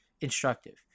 instructive